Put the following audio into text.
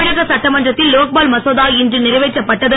தமிழக சட்டமன்றத்தில் லோக்பால் மசோதா இன்று நிறைவேற்றப் பட்டது